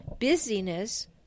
busyness